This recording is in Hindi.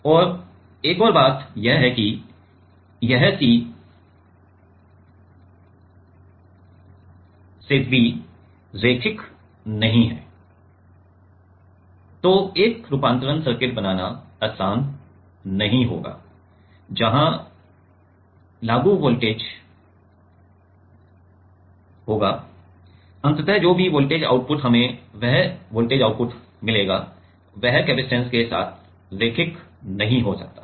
और एक और बात यह है कि यह C से V रैखिक नहीं है एक रूपांतरण सर्किट बनाना आसान नहीं है जहां लागू वोल्टेज होगा अंततः जो भी वोल्टेज आउटपुट हमें वह वोल्टेज आउटपुट मिलेगा वह कपसिटंस के साथ रैखिक नहीं हो सकता है